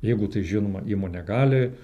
jeigu tai žinoma įmonė gali